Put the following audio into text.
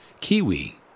kiwi